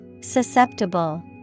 Susceptible